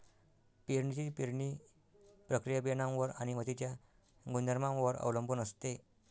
पेरणीची पेरणी प्रक्रिया बियाणांवर आणि मातीच्या गुणधर्मांवर अवलंबून असते